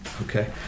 Okay